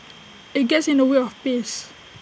IT gets in the way of peace